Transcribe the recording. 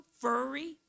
furry